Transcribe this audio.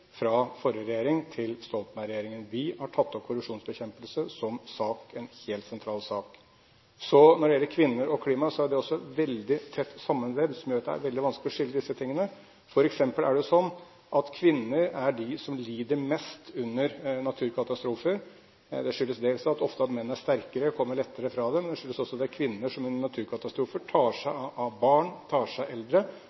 fra forrige regjering til Stoltenberg-regjeringen. Vi har tatt opp korrupsjonsbekjempelse som en helt sentral sak. Så når det gjelder kvinner og klima, er dette også veldig tett sammenvevd, noe som gjør at det er veldig vanskelig å skille disse tingene. Det er f.eks. slik at kvinner er de som lider mest under naturkatastrofer. Det skyldes dels at menn ofte er sterkere og kommer lettere fra det, men det skyldes også at det er kvinner som under naturkatastrofer tar seg